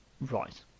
right